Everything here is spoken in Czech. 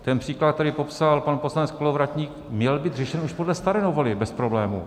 Ten příklad, jak tady popsal pan poslanec Kolovratník, měl být řešen už podle staré novely bez problému.